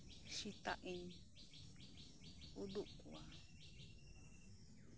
ᱥᱮᱛᱟᱜ ᱤᱧ ᱩᱸᱰᱩᱠ ᱠᱚᱣᱟ